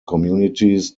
communities